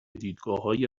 دیدگاههای